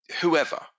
whoever